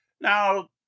Now